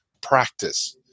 practice